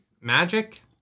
magic